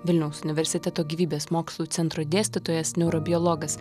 vilniaus universiteto gyvybės mokslų centro dėstytojas neurobiologas